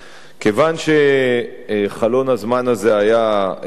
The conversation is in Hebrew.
כיוון שחלון הזמן הזה היה קצר,